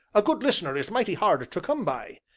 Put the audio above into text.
a good listener is mighty hard to come by.